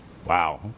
Wow